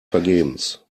vergebens